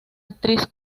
actriz